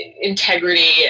integrity